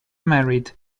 married